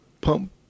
pump